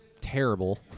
terrible